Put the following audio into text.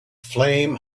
flame